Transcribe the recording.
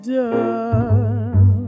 done